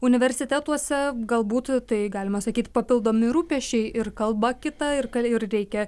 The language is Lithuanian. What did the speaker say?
universitetuose galbūt tai galima sakyt papildomi rūpesčiai ir kalba kita ir kad jau reikia